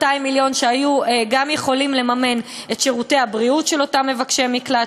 שהיו גם יכולים לממן את שירותי הבריאות של אותם מבקשי מקלט,